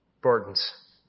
burdens